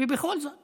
ובכל זאת